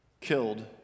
killed